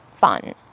fun